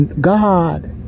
God